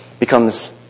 becomes